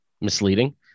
misleading